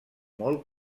molt